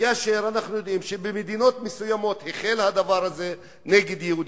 כאשר אנחנו יודעים שבמדינות מסוימות החל הדבר הזה נגד יהודים,